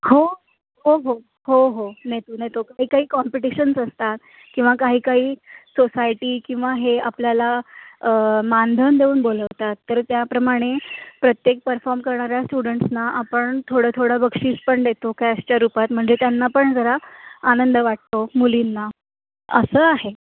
हो हो हो हो हो नेतो नेतो काही काही कॉम्पिटिशन्स असतात किंवा काही काही सोसायटी किंवा हे आपल्याला मानधन देऊन बोलवतात तर त्याप्रमाणे प्रत्येक परफॉर्म करणाऱ्या स्टुडंट्सना आपण थोडं थोडं बक्षीस पण देतो कॅशच्या रूपात म्हणजे त्यांना पण जरा आनंद वाटतो मुलींना असं आहे